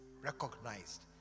recognized